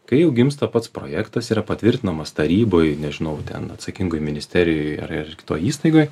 kai jau gimsta pats projektas yra patvirtinamas taryboj nežinau ten atsakingoj ministerijoj ir ir kitoj įstaigoj